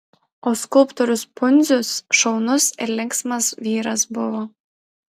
o skulptorius pundzius šaunus ir linksmas vyras buvo